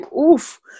Oof